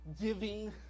giving